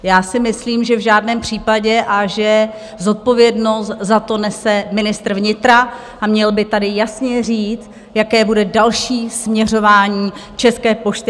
Já si myslím, že v žádném případě, že zodpovědnost za to nese ministr vnitra a měl by tady jasně říct, jaké bude další směřování České pošty.